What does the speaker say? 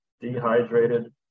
Dehydrated